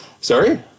sorry